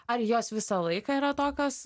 ar jos visą laiką yra tokios